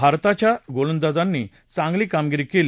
भारताच्या गोलंदाजांनी चांगली कामगिरी केली